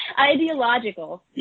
ideological